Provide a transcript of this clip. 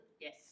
Yes